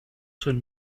son